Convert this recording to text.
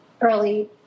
early